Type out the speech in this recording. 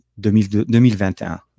2021